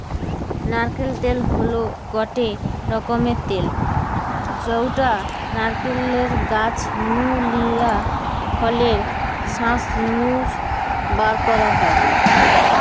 নারকেল তেল হল গটে রকমের তেল যউটা নারকেল গাছ নু লিয়া ফলের শাঁস নু বারকরা হয়